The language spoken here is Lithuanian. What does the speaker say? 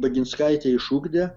baginskaitę išugdė